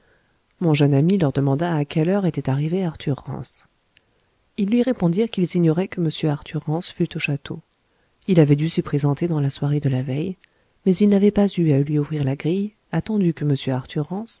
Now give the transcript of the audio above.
mon jeune ami leur demanda à quelle heure était arrivé arthur rance ils lui répondirent qu'ils ignoraient que m arthur rance fût au château il avait dû s'y présenter dans la soirée de la veille mais ils n'avaient pas eu à lui ouvrir la grille attendu que m arthur